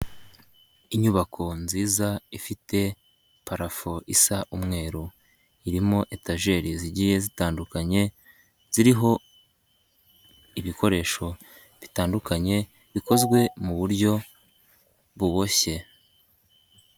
Inyubako nziza ifite parafo isa umweru, irimo etajeri zigiye zitandukanye, ziriho ibikoresho bitandukanye, bikozwe mu buryo buboshye.